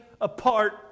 apart